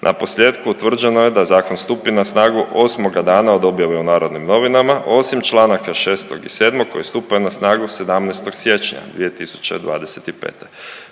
Naposljetku utvrđeno je da zakon stupi na snagu 8. dana od objave u Narodnim novinama, osim članaka 6. i 7. koji stupa na snagu 17. siječnja 2025.